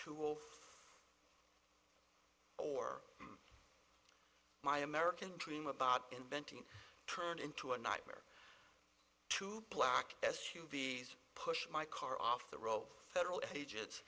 cool or my american dream about inventing turned into a nightmare two black s u v s pushed my car off the road federal age